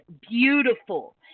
beautiful